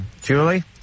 Julie